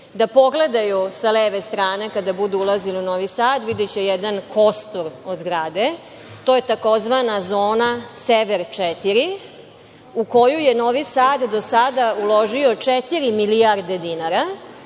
da pogledaju sa leve strane kada budu ulazili u Novi Sad, videće jedan kostur od zgrade, to je tzv. zona Sever 4. u koju je Novi Sad do sada uložio četiri milijarde dinara. Na